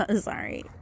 sorry